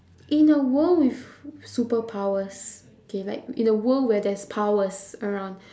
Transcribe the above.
in a world with superpowers okay like in a world where there's powers around